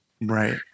Right